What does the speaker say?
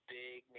big